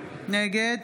נגד